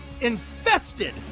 infested